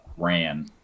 Ran